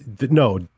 No